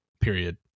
period